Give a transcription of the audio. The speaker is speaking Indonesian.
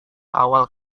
awal